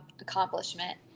accomplishment